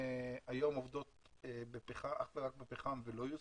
שהיום עובדות אך ורק בפחם ולא יוסבו.